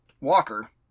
Walker